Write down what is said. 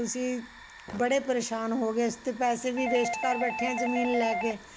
ਤੁਸੀਂ ਬੜੇ ਪਰੇਸ਼ਾਨ ਹੋ ਗਏ ਅਸੀ ਤਾਂ ਪੈਸੇ ਵੀ ਵੇਸਟ ਕਰ ਬੈਠੇ ਹਾਂ ਜ਼ਮੀਨ ਲੈ ਕੇ